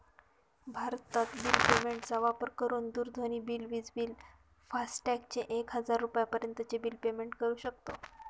भारतत bill payment चा वापर करून दूरध्वनी बिल, विज बिल, फास्टॅग चे एक हजार रुपयापर्यंत चे बिल पेमेंट करू शकतो